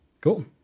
Cool